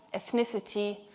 ethnicity,